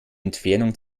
entfernung